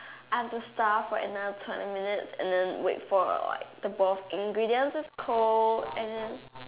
I have to starve for another twenty minutes and then wait for like the both ingredients is cold and then